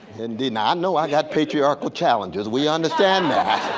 indeed, now i know i got patriarchal challenges. we understand